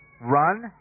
Run